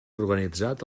organitzat